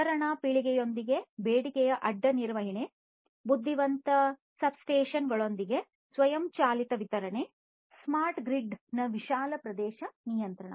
ವಿತರಣಾ ಪೀಳಿಗೆಯೊಂದಿಗೆ ಬೇಡಿಕೆಯ ಅಡ್ಡ ನಿರ್ವಹಣೆ ಬುದ್ಧಿವಂತ ಸಬ್ಸ್ಟೇಷನ್ ಗಳೊಂದಿಗೆ ಸ್ವಯಂಚಾಲಿತ ವಿತರಣೆ ಸ್ಮಾರ್ಟ್ ಗ್ರಿಡ್ನ ವಿಶಾಲ ಪ್ರದೇಶ ನಿಯಂತ್ರಣ